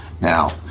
Now